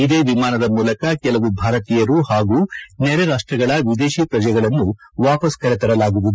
ಇದೇ ವಿಮಾನದ ಮೂಲಕ ಕೆಲವು ಭಾರತೀಯರು ಹಾಗೂ ನೆರೆ ರಾಷ್ಷಗಳ ವಿದೇಶಿ ಶ್ರಜೆಗಳನ್ನು ವಾಪಸ್ ಕರೆತರಲಾಗುವುದು